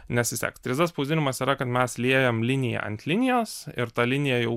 nes vis tiek trys d spausdinimas yra kad mes liejam liniją ant linijos ir ta linija jau